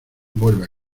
vuelve